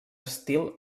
estil